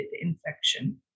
infection